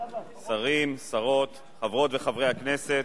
שרות, חברות וחברי הכנסת,